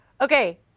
okay